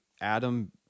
Adam